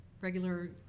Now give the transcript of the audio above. regular